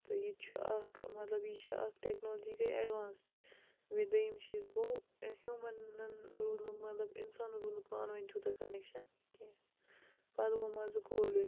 تہٕ یہِ تہِ چھُ اَکھ مطلب یہِ چھِ اَکھ ٹیٚکنالوجی گٔے ایٚڈوانٕس تہِ بیٚیہِ دوٚیِم چیٖز گوٚو ٲں ہیٛوٗمَنَن روٗد نہٕ مطلب اِنسانَن روٗد نہٕ پانہٕ وٲنۍ تیٛوٗتاہ کۄنیٚکشَن کیٚنٛہہ پَتہٕ گوٚو منٛزٕ کوٚوِڈ